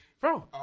bro